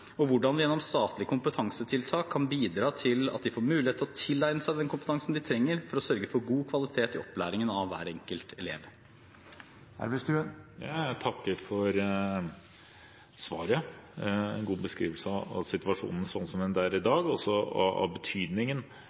og skolelederes kompetanse, og hvordan vi gjennom statlige kompetansetiltak kan bidra til at de får mulighet til å tilegne seg den kompetansen de trenger for å sørge for god kvalitet i opplæringen av hver enkelt elev. Jeg takker for svaret. Det var en god beskrivelse av situasjonen sånn som den er i dag, og av betydningen